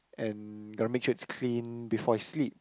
and gotta make sure it's clean before I sleep